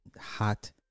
hot